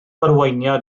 arweiniad